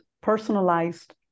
personalized